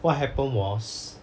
what happen was